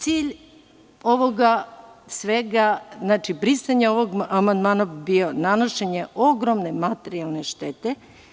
Cilj ovoga svega, znači brisanja ovog amandmana, bi bio nanošenje ogromne materijalne štete.